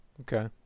Okay